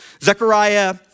Zechariah